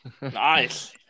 Nice